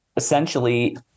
essentially